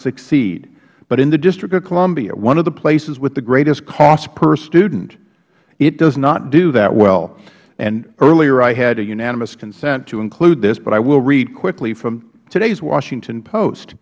succeed but in the district of columbia one of the places with the greatest cost per student it does not do that well earlier i had a unanimous consent to include this but i will read quickly from today's washington post